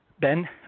Ben